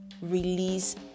release